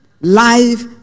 Life